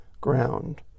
ground